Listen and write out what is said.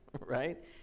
right